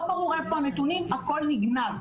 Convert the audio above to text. לא ברור איפה הנתונים, הכול נגנז.